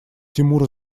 тимур